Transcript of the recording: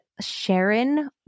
Sharon